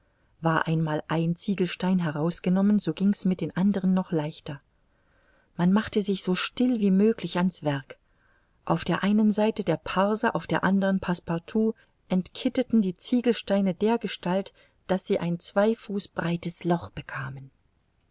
war einmal ein ziegelstein herausgenommen so ging's mit den anderen noch leichter man machte sich so still wie möglich an's werk auf der einen seite der parse auf der andern passepartout entkittelen die ziegelsteine dergestalt daß sie ein zwei fuß breites loch bekamen